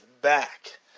back